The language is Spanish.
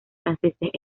franceses